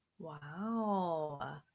wow